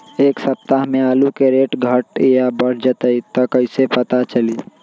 एक सप्ताह मे आलू के रेट घट ये बढ़ जतई त कईसे पता चली?